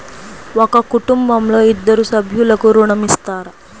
ఒక కుటుంబంలో ఇద్దరు సభ్యులకు ఋణం ఇస్తారా?